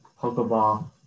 Pokeball